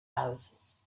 houses